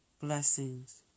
Blessings